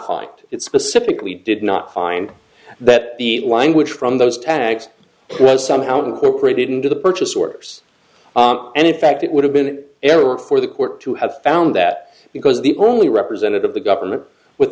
find it specifically did not find that the language from those tags was somehow incorporated into the purchase orders and in fact it would have been an error for the court to have found that because the only representative the government with